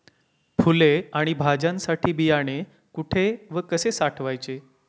फुले आणि भाज्यांसाठी बियाणे कुठे व कसे साठवायचे?